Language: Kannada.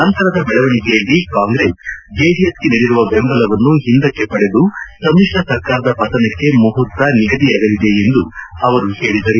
ನಂತರದ ಬೆಳವಣಿಗೆಯಲ್ಲಿ ಕಾಂಗ್ರೆಸ್ ಜೆಡಿಎಸ್ಗೆ ನೀಡಿರುವ ಬೆಂಬಲವನ್ನು ಹಿಂದಕ್ಕೆ ಪಡೆದು ಸಮಿಶ್ರ ಸರ್ಕಾರದ ಪತನಕ್ಕೆ ಮುಹೂರ್ತ ನಿಗದಿಯಾಗಲಿದೆ ಎಂದು ಅವರು ತಿಳಿಸಿದರು